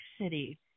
city